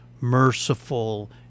merciful